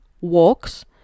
walks